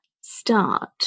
start